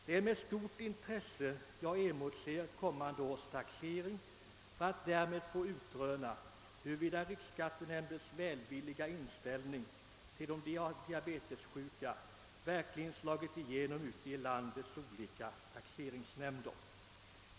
Det är med stort intresse jag emotser kommande års taxering för att få utröna huruvida riksskattenämndens välvilliga inställning till de diabetessjuka verkligen slagit igenom ute i landets olika taxeringsnämnder.